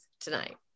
tonight